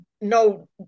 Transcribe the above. No